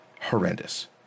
horrendous